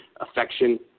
affection